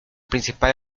principal